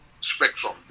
spectrum